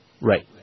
Right